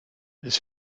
ist